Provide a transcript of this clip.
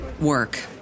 work